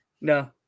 No